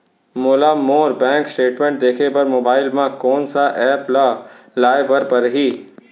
मोला मोर bank statement देखे बर मोबाइल मा कोन सा एप ला लाए बर परही?